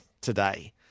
today